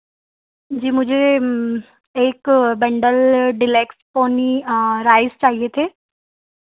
जी मुझे एक bundle deluxe Ponni rice चाहिए थे